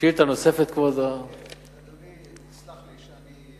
שאילתא נוספת, כבוד, אדוני, תסלח לי שאני,